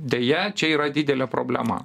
deja čia yra didelė problema